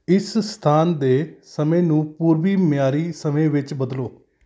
ਇਸ ਸਥਾਨ ਦੇ ਸਮੇਂ ਨੂੰ ਪੂਰਬੀ ਮਿਆਰੀ ਸਮੇਂ ਵਿੱਚ ਬਦਲੋ